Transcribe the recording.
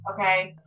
okay